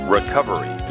Recovery